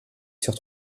sur